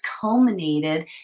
culminated